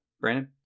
Brandon